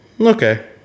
okay